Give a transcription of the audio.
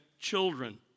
children